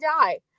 die